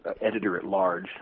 editor-at-large